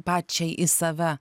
pačiai į save